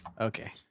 Okay